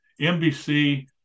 NBC